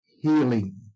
healing